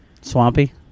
Swampy